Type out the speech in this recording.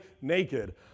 naked